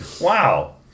wow